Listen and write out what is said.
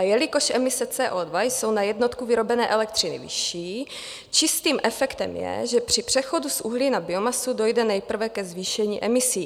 Jelikož emise CO2 jsou na jednotku vyrobené elektřiny vyšší, čistým efektem je, že při přechodu z uhlí na biomasu dojde nejprve ke zvýšení emisí.